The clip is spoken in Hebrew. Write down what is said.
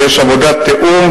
ויש עבודת תיאום,